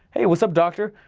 hey what's up doctor,